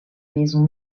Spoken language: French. maison